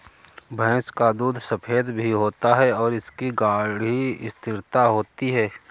भैंस का दूध सफेद भी होता है और इसकी गाढ़ी स्थिरता होती है